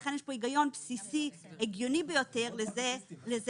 לכן יש כאן היגיון בסיסי הגיוני ביותר לכך.